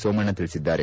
ಸೋಮಣ್ಣ ತಿಳಿಸಿದ್ದಾರೆ